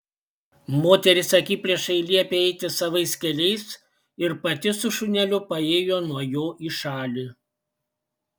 moteris akiplėšai liepė eiti savais keliais ir pati su šuneliu paėjo nuo jo į šalį